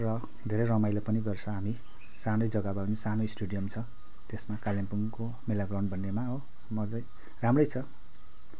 र धेरै रमाइलो पनि गर्छ हामी सानै जग्गा भए पनि सानो स्टेडियम छ त्यसमा कालिम्पोङको मेला ग्राउन्ड भन्नेमा हो मजै राम्रै छ